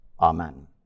amen